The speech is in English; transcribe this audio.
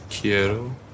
Quiero